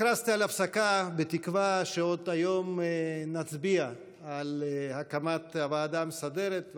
הפסקה בתקווה שעוד היום נצביע על הקמת הוועדה המסדרת,